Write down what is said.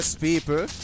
People